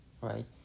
right